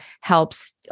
helps